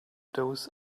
those